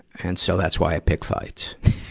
and so, that's why i pick fights.